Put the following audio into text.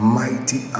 mighty